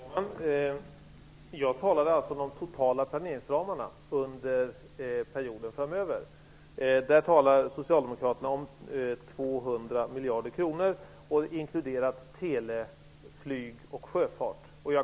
Fru talman! Jag talar alltså om de totala planeringsramarna under perioden framöver. Där talar Socialdemokraterna om 200 miljarder, inklusive tele, flyg och sjöfart.